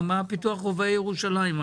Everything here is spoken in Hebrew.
מה פיתוח רובעי ירושלים?